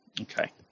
okay